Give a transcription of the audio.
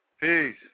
Peace